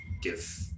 give